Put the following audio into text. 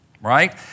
right